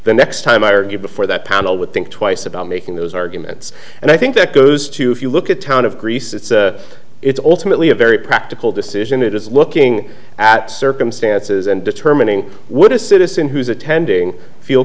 the next time i argued before that panel would think twice about making those arguments and i think that goes to if you look at town of greece it's a it's ultimately a very practical decision it is looking at circumstances and determining what a citizen who is attending feel